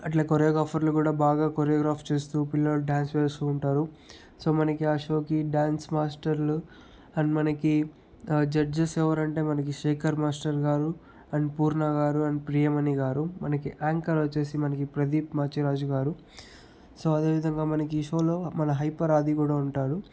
అట్లే కొరియోగ్రాఫర్లు కూడా బాగా కొరియోగ్రాఫ్ చేస్తూ పిల్లోళ్ళు డ్యాన్స్ వేస్తూ ఉంటారు సో మనకి ఆ షోకి మనకి డాన్స్ మాస్టర్లు అండ్ మనకి జడ్జెస్ ఎవరంటే మనకి Shekhar master garu and Purna garu and Priyamani garu మనకి యాంకర్ వచ్చేసి మనకి ప్రదీప్ మాచిరాజు గారు సో అదే విధంగా మనకి షోలో మన హైపర్ ఆది కూడా ఉంటారు